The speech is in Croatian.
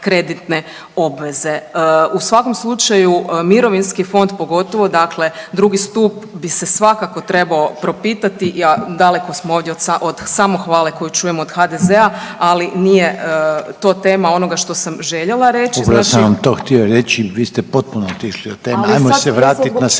U svakom slučaju mirovinski fond pogotovo, dakle drugi stup bi se svakako trebao propitati, daleko smo ovdje od samohvale koju čujemo od HDZ-a ali nije to tema onoga što sam željela reći. **Reiner, Željko (HDZ)** Upravo sam vam to htio reći, vi ste potpuno otišli od teme, ajmo se vratiti na središnji